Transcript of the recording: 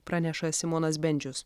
praneša simonas bendžius